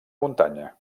muntanya